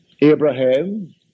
Abraham